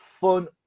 fun